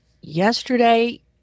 yesterday